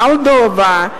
מולדובה,